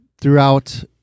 Throughout